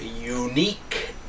Unique